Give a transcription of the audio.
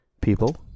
people